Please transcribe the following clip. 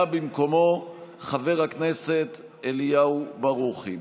בא במקומו חבר הכנסת אליהו ברוכי.